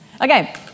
Okay